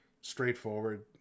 straightforward